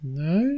no